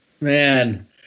man